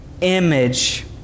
image